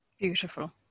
beautiful